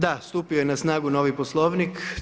Da, stupio je na snagu novi Poslovnik.